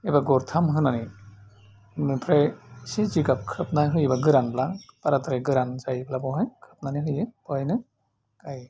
एबा गरथाम होनानै आमफ्राइ एसे जिगाब खोबना होयोब्ला गोरानब्ला बाराद्राय गोरान जायोब्ला बावहाय खोबनानै होयो बावहायनो गाय